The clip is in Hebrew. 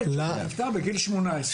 אני הבנתי